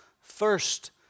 first